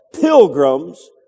Pilgrims